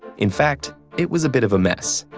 in fact, it was a bit of a mess.